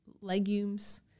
legumes